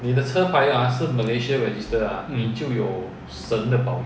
mm